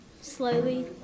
slowly